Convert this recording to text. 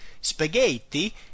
Spaghetti